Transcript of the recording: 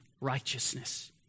Righteousness